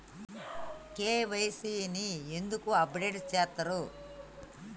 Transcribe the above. KYC ని ఎందుకు update చేత్తరు?